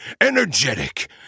energetic